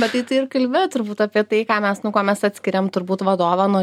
bet tai tu ir kalbi turbūt apie tai ką mes nuo ko mes atskiriam turbūt vadovą nuo